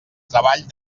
treball